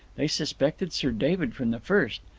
they suspected sir david from the first.